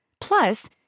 Plus